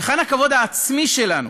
היכן הכבוד העצמי שלנו?